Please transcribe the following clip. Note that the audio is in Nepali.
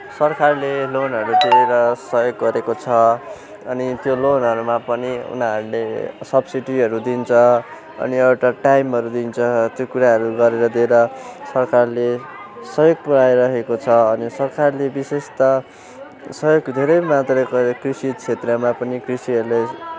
सरकारले लोनहरू दिएर सहयोग गरेको छ अनि त्यो लोनहरूमा पनि उनीहरूले सब्सिडीहरू दिन्छ अनि एउटा टाइमहरू दिन्छ त्यो कुराहरू गरेर दिएर सरकारले सहयोग पुऱ्याइरहेको छ अनि सरकारले विशेष त सहयोग धेरै मात्रामा गरेको छ कृषि क्षेत्रमा पनि कृषिहरूले